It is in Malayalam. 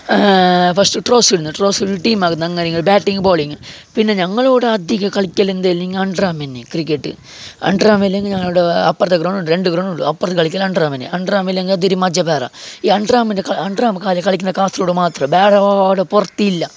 ഫസ്റ്റ് ടോസ് ഇടുന്ന ടോസ് ഇട്ട് ടീം ആകുന്നത് അങ്ങനെ ഞങ്ങൾ ബാറ്റിംഗ് ബോളിങ് പിന്നെ ഞങ്ങളോടധികം കളിക്കൽ നിങ്ങൾ അണ്ടർ ആം തന്നെ ക്രിക്കറ്റ് അണ്ടർ ആം ഇല്ലെങ്കിൽ ഞങ്ങളുടെ ഗ്രൗണ്ട് ഉണ്ട് രണ്ട് ഗ്രൗണ്ട് ഉണ്ട് അപ്പുറത്തു കളിക്കലും അണ്ടർ ആം തന്നെ അണ്ടർ ആം ഇല്ലെങ്കിൽ അത് മജ്ജ വേറെ ഈ അണ്ടർ ആം കളിക്കുന്ന കാശിലൂടെ മാത്രമേ ഉള്ളു വേറെ പുറത്തില്ല